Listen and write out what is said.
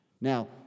Now